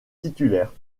titulaire